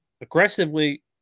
aggressively –